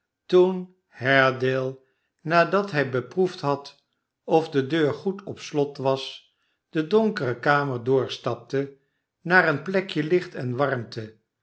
toen haredale nadat hij beproefd had of de deur goed op slot was de donkere kamer doorstapte naar een plekje licht en warmte